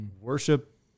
worship